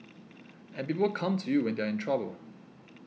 and people come to you when they are in trouble